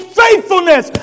faithfulness